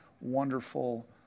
wonderful